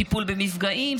טיפול במפגעים,